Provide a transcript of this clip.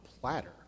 platter